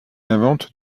invente